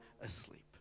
asleep